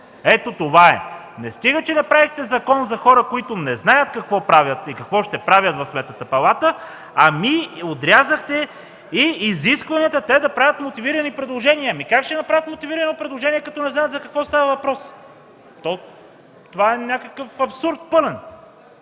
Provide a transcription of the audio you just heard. Ето, това е! Не стига, че направихте закон за хора, които не знаят какво правят и какво ще правят в Сметната палата, ами отразяхте и изискванията те да правят мотивирани предложения. Ами как ще направят мотивирано предложение като не знаят за какво става въпрос? Това е някакъв пълен